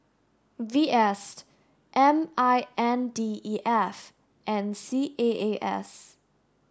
V S M I N D E F and C A A S